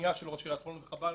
בפנייה של ראש עיריית חולון, וחבל